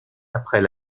après